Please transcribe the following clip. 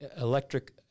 electric